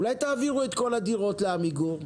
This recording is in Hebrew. אולי תעבירו את כל הדירות לעמיגור?